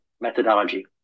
methodology